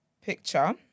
picture